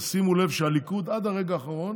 ושימו לב שהליכוד עד הרגע האחרון